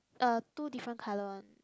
uh two different color